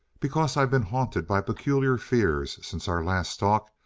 because i've been haunted by peculiar fears, since our last talk,